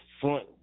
front